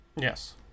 Yes